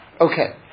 Okay